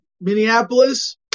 Minneapolis